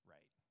Right